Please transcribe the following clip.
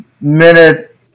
minute